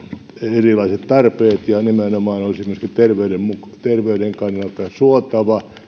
erilaiset tarpeet ja olisi nimenomaan myöskin terveyden kannalta suotava